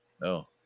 no